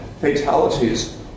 fatalities